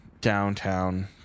downtown